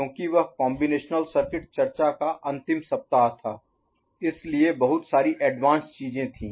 क्योंकि वह combinational circuit चर्चा का अंतिम सप्ताह था इसलिए बहुत सारी एडवांस्ड Advanced उन्नत चीजें थीं